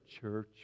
church